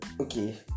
Okay